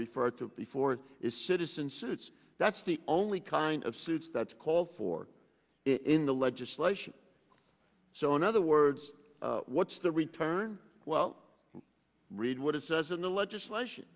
referred to before is citizens it's that's the only kind of sits that's called for in the legislation so in other words what's the return well read what it says in the legislation